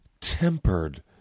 tempered